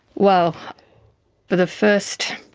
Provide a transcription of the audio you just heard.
well, for the first,